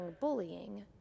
bullying